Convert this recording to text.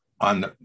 on